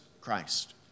Christ